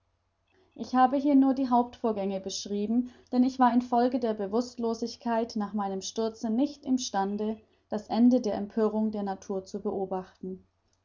ich habe hier nur die hauptvorgänge beschrieben denn ich war in folge der bewußtlosigkeit nach meinem sturze nicht im stande das ende der empörung der natur zu beobachten